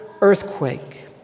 earthquake